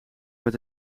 met